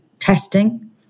testing